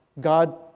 God